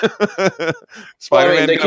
Spider-Man